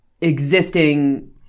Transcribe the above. existing